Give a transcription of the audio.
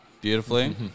Beautifully